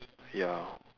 ya